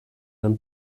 ein